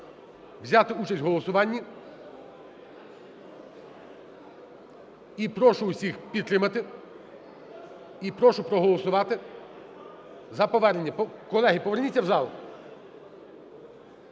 взяти участь в голосуванні. І прошу усіх підтримати і прошу проголосувати за повернення. Колеги, поверніться в зал.